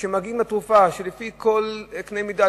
וכשמגיעים לתרופה שלפי כל קנה-מידה,